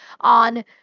on